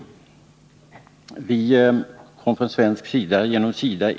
Sverige kom in i detta biståndsarbete genom SIDA.